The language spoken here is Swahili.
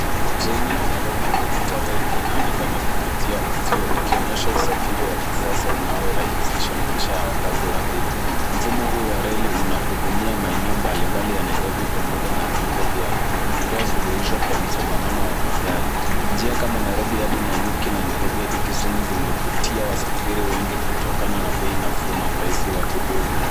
Treni ya Nairobi Commuter rail inaonekana kupitia kwa uzio, ikionyesha usafiri wa kisasa unaorahisisha maisha ya wakazi wa jiji. Mfumo huu wa reli unahudumia maeneo mbali mbali ya Nairobi pamoja na viungo vyake, ikitoa suluhisho kwa msongamano wa magari. Njia kama Nairobi hadi Nanyuki na Nairobi hadi Kisumu zinavutia wasafiri wengi kutokana na bei nafuu na urahisi wa huduma.